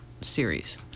series